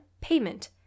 payment